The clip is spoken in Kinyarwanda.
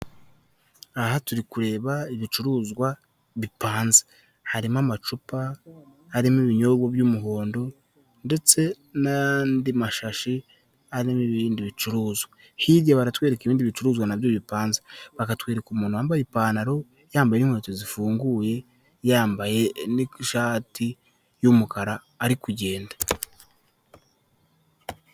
Aha turi kureba ibicuruzwa bipanze harimo amacupa arimo ibinyobwa by'umuhondo ndetse n'andi mashashi ari n'ibindi bicuruzwa hirya baratwereka ibindi bicuruzwa nabyo bipanze bakatwereka umuntu wambaye ipantaro yambaye inkweto zifunguye yambaye n'ishati y'umukara ari kugenda.